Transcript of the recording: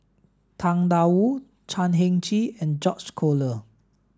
Tang Da Wu Chan Heng Chee and George Collyer